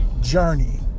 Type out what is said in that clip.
journey